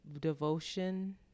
devotion